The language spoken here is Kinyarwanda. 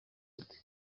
dute